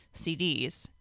CDs